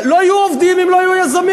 לא יהיו עובדים אם לא יהיו יזמים,